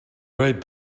right